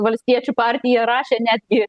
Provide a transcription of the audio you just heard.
valstiečių partija rašė netgi